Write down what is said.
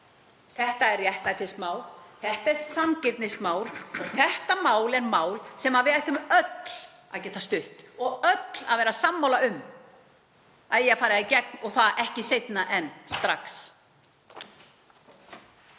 Þetta er réttlætismál, þetta er sanngirnismál. Þetta er mál sem við ættum öll að geta stutt og öll að vera sammála um að eigi að fara í gegn og það ekki seinna en strax.